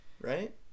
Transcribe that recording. right